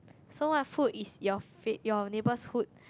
so what food is your fav~ your neighbourhood